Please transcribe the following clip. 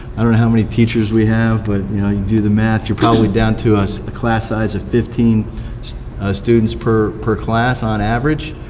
i don't know how many teachers we have, but you do the math, you're probably down to a class size of fifteen students per per class on average,